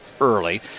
early